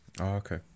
okay